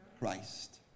Christ